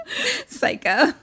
Psycho